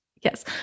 yes